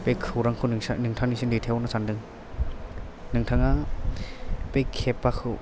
बे खौरांखौ नोंसा नोंथांनिसिम दैथायहरनो सानदों नोंथाङा बे केब खौ